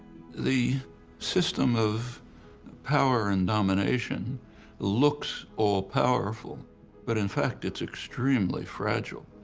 the system of power and domination looks all-powerful but in fact it's extremely fragile.